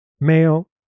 male